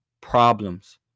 problems